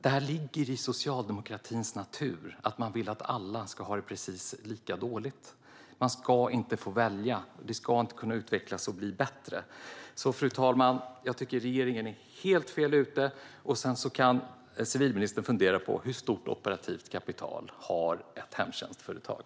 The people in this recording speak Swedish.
Det här ligger i socialdemokratins natur: Man vill att alla ska ha det precis lika dåligt. Vi ska inte få välja. Vi ska inte kunna utvecklas och bli bättre. Fru talman! Jag tycker att regeringen är helt fel ute. Sedan kan civilministern fundera på detta: Hur stort operativt kapital har ett hemtjänstföretag?